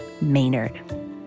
Maynard